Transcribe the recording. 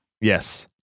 Yes